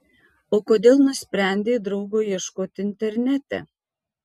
o kodėl nusprendei draugo ieškoti internete